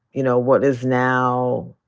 you know, what is now,